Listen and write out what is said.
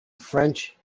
french